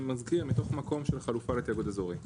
אני מזכיר שזה מתוך מקום של חלופה לתיאגוד אזורי.